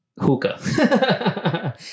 hookah